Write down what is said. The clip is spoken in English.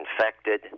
infected